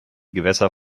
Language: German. gewässer